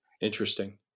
Interesting